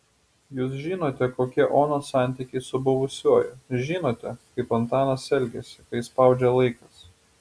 jūs žinote kokie onos santykiai su buvusiuoju žinote kaip antanas elgiasi kai spaudžia laikas